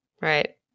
Right